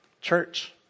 Church